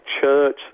church